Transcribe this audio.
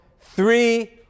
Three